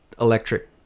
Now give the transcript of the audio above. electric